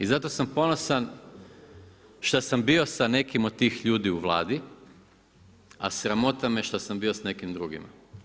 I za to sam ponosan šta sam bio sa nekim od tih ljudi u Vladi, a sramota me što sam bio sa nekim drugima.